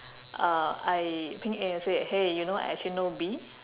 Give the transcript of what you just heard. uh I ping A and said hey you know I actually know B